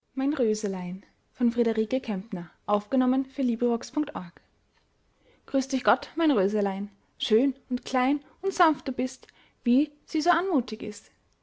grüß dich gott mein röselein schön und klein und sanft du bist wie sie so anmutig ist